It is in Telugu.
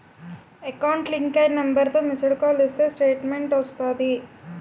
ఎకౌంట్ లింక్ అయిన నెంబర్తో మిస్డ్ కాల్ ఇస్తే స్టేట్మెంటు వస్తాది